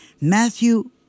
Matthew